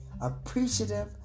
appreciative